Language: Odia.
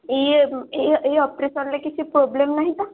ଇଏ ଏଇ ଏଇ ଅପରେସନ୍ରେ କିଛି ପ୍ରୋବ୍ଲେମ୍ ନାହିଁ ତ